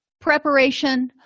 Preparation